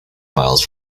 miles